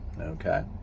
Okay